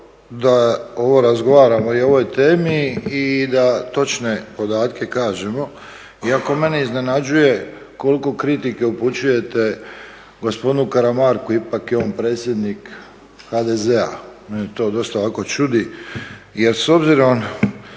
da razgovaramo i o ovoj temi i da točne podatke kažemo, iako mene iznenađuje koliko kritika upućujete gospodinu Karamarku, ipak je on predsjednik HDZ-a. Mene to dosta ovako čudi jer s obzirom